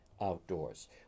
Outdoors